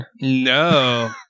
No